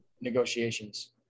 negotiations